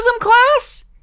class